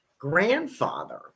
Grandfather